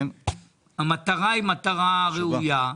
המטרה מטרה ראויה.